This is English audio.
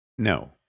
No